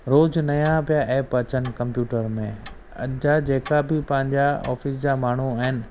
रोज़ु नवां पिया एप अचनि कम्प्यूटर में अॼु जा जेका बि पंहिंजा ऑफिस जा माण्हू आहिनि